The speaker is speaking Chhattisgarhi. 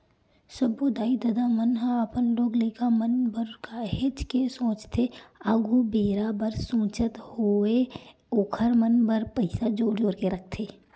सब्बो दाई ददा मन ह अपन लोग लइका मन बर काहेच के सोचथे आघु बेरा बर सोचत होय ओखर मन बर पइसा जोर जोर के रखथे